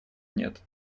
нет